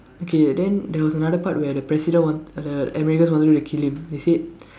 okay then there was another part where the president want the Americans wanted to kill him they said